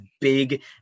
big